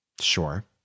Sure